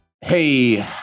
Hey